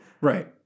Right